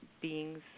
beings